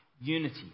unity